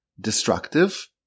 destructive